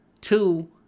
Two